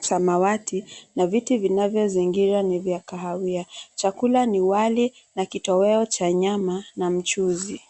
samawati na viti vinavyozingira ni vya kahawia. Chakula ni wali na kitoweo cha nyama na mchuzi.